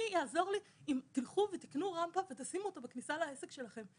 יעזור לי אם תקנו רמפה ותשימו אותה בכניסה לעסק שלכם.